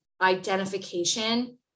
identification